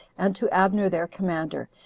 and to abner their commander,